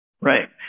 Right